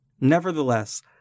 Nevertheless